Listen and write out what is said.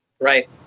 Right